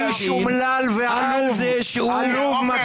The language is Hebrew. הדין על זה שהוא --- איש אומלל ועלוב.